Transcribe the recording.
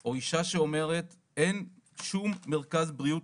או אישה שאומרת "..אין שום מרכז לבריאות